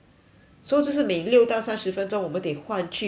so 就是每六到三十分钟我们得换去华语